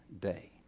day